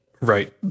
Right